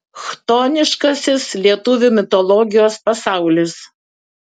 chtoniškasis lietuvių mitologijos pasaulis